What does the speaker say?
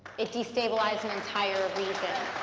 it destabilized an entire region.